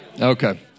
okay